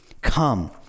Come